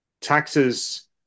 Taxes